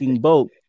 boat